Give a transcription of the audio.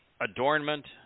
adornment